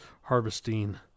harvesting